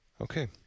okay